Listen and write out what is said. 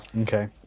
Okay